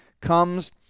comes